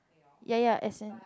ya ya as in